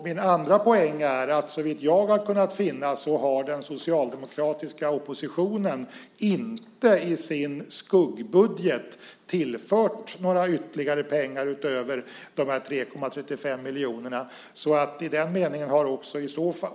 Min andra poäng är att såvitt jag har kunnat finna har den socialdemokratiska oppositionen inte i sin skuggbudget tillfört några ytterligare pengar utöver de 3,35 miljonerna.